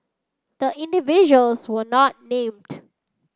the individuals were not named